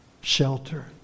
Shelter